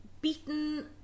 beaten